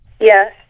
Yes